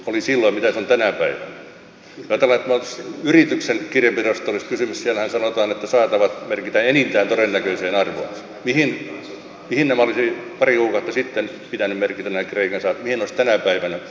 jos ajatellaan että meillä olisi yrityksen kirjanpidosta kysymys siellähän sanotaan että saatavat merkitään enintään todennäköiseen arvoon niin mihin nämä kreikan saatavat olisi pari kuukautta sitten pitänyt merkitä ja mihin ne olisi tänä päivänä pitänyt merkitä